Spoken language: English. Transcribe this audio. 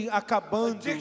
acabando